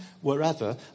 wherever